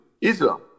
Islam